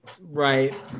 Right